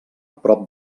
prop